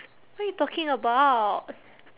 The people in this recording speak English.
what you talking about